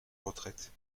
retraite